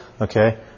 Okay